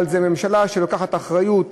אבל זאת ממשלה שלוקחת אחריות עכשווית,